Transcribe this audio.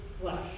flesh